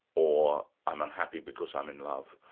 or i'm unhappy because i'm in love.